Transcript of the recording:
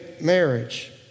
marriage